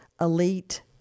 elite